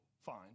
fine